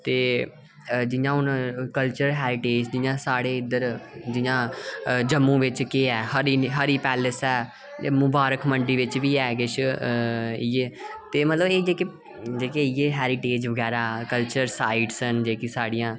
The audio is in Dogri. ते जियां हून कल्चर हेरीटेज जियां साढ़े हून जियां जम्मू बिच केह् ऐ हरि पेलैस ऐ ते मुबारक मंडी बिच बी ऐ किश इ'यै ते मतलब एह् इयै हेरीटेज बगैरा कल्चर साइट्स न जेह्ड़ियां साढ़ियां